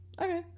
Okay